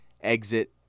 exit